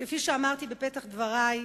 כפי שאמרתי בפתח דברי,